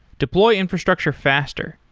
deploy infrastructure faster.